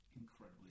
incredibly